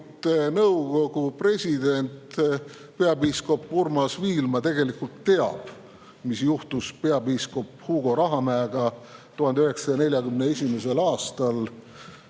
nõukogu president peapiiskop Urmas Viilma tegelikult teab, mis juhtus peapiiskop Hugo Rahamäega 1941. aastal